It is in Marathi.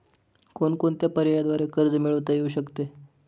कोणकोणत्या पर्यायांद्वारे कर्ज मिळविता येऊ शकते?